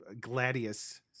Gladius